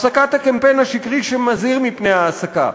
הפסקת הקמפיין השקרי המזהיר מפני העסקה.